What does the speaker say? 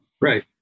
right